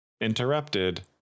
interrupted